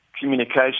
communication